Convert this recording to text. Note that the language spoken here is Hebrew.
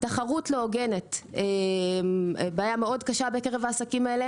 תחרות לא הוגנת בעיה מאוד קשה בקרב העסקים הללו